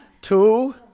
two